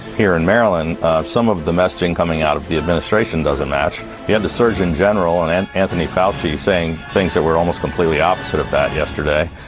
here in maryland, some of the messaging coming out of the administration doesn't match the and surgeon general and anthony fouty's saying things that we're almost completely opposite of that yesterday.